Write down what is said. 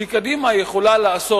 שקדימה יכולה לעשות,